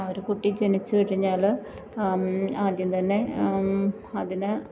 ഒരു കുട്ടി ജനിച്ചു കഴിഞ്ഞാല് ആദ്യം തന്നെ അതിന്